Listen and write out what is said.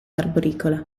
arboricola